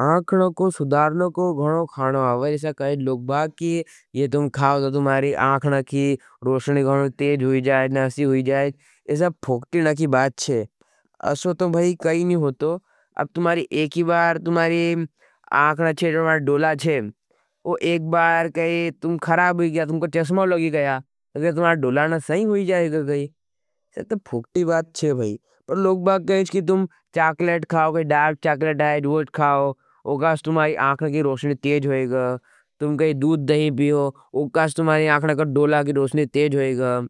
आखनों को सुधारनों को घणों खाणों आवाई, ये तुम खाओ तो तुम्हारी आखन की रोशनी घणों तेज हुई जाएज। नासी हुई जाएज, ये सब फुक्टी नकी बात छे, असो तो भाई कही नहीं होतो। अब तुम्हारी एकी बार तुम्हारी आखन चे जो तु लोगबाग कहींच कि तुम चाकिलाश क्हाओ। एक टूराखड चाकिलाश कायद वो का हो, वो करस तुम्हारी आखं किं रोशनी तेज होईगा। तुम कहीं दूद दही पिहो तुमरी आख़णा कर डोला की रोषने तेज होईगा